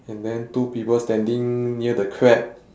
and then two people standing near the crab